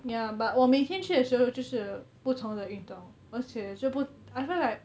ya but 我每天去的时候就是不同的运动而且就不 I feel like